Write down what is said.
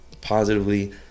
positively